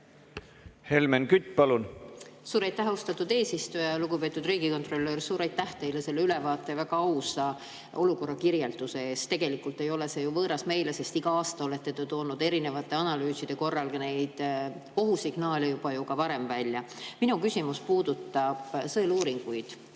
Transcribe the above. Helmen Kütt, palun! Suur aitäh, austatud eesistuja! Lugupeetud riigikontrolör! Suur aitäh teile selle ülevaate, väga ausa olukorra kirjelduse eest! Tegelikult see ei ole meile ju võõras, sest iga aasta olete te toonud erinevate analüüside korral neid ohusignaale juba varem välja. Minu küsimus puudutab sõeluuringuid.